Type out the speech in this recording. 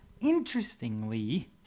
interestingly